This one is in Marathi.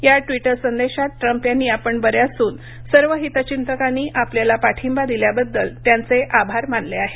या ट्विटर संदेशात ट्रम्प यांनी आपण बरे असून सर्व हितयिंतकांनी आपल्याला पाठिंबा दिल्याबद्दल त्यांचे आभार मानले आहेत